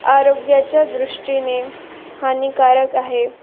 आरोग्याच्या दृष्टीने हानिकारक आहे